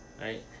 Right